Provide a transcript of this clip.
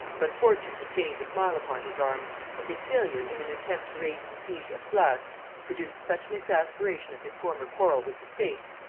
but fortune disdained to smile upon his arms and his failure in an attempt to raise the siege of sluys produced such an exasperation of his former quarrel with the states,